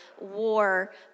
war